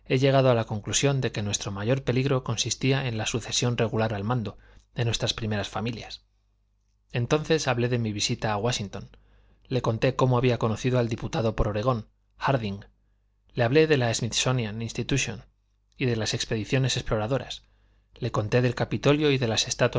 llegado a la conclusión de que nuestro mayor peligro consistía en la sucesión regular al mando de nuestras primeras familias entonces hablé de mi visita a wáshington le conté cómo había conocido al diputado por óregon hárding le hablé de la smithsonian institution y las expediciones exploradoras le conté del capitolio y de las